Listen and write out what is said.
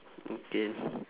okay